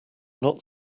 not